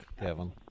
Kevin